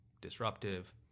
disruptive